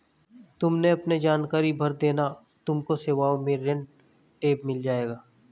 तुम अपने जानकारी भर देना तुमको सेवाओं में ऋण टैब मिल जाएगा